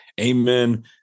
Amen